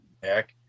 back